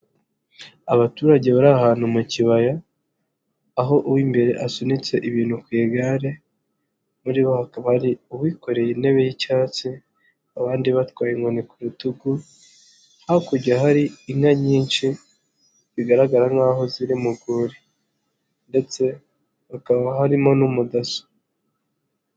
Abaturage bari ahantu mu kibaya, aho uw'imbere asunitse ibintu ku igare ,muri bo hakaba hari uwikoreye intebe y'icyatsi ,abandi batwaye inkoni ku rutugu . Hakurya hari inka nyinshi zigaragara nk'aho ziri mu rwuri, ndetse hakaba harimo n'umudaso.